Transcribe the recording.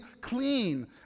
clean